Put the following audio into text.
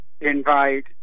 invite